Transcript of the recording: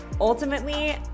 Ultimately